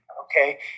okay